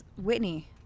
Whitney